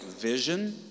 vision